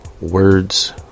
words